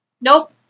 Nope